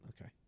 Okay